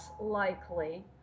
likely